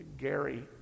Gary